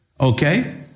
Okay